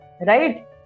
right